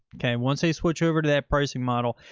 okay. once they switch over to that pricing model,